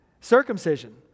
circumcision